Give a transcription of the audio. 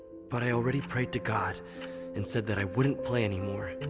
but i already prayed to god and said that i wouldn't play anymore.